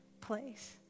place